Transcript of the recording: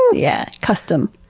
yeah, custom.